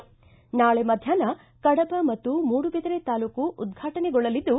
ನಾಳೆ ಮಧ್ಯಾಹ್ನ ಕಡಬ ಮತ್ತು ಮೂಡುಬಿದರೆ ತಾಲೂಕು ಉದ್ಘಾಟನೆಗೊಳ್ಳಲಿದ್ದು